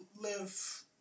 live